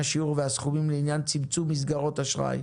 השיעור והסכומים לעניין צמצום מסגרות אשראי,